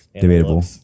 Debatable